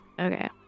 Okay